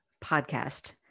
podcast